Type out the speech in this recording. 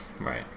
Right